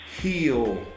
heal